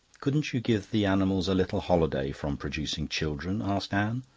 couldn't you give the animals a little holiday from producing children? asked anne.